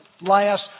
last